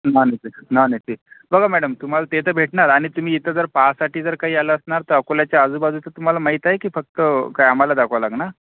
non A C non A C बघा madam तुम्हाला ते तर भेटणार आणि तुम्ही इथं जर पहायसाठी जर काही आला असणार तर अकोल्याच्या आजूबाजूचं तुम्हाला माहीत आहे की फक्त काय आम्हाला दाखवाय लागणार